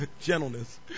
gentleness